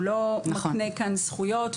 הוא לא מקנה כאן זכויות.